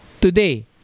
today